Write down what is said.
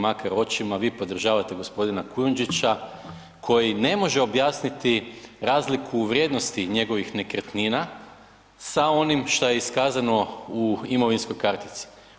Makar očima, vi podržavate g. Kujundžića, koji ne može objasniti razliku u vrijednosti njegovih nekretnina sa onim šta je iskazano u imovinskoj kartici.